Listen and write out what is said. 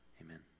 Amen